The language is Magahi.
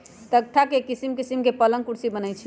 तकख्ता से किशिम किशीम के पलंग कुर्सी बनए छइ